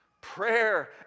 Prayer